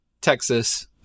Texas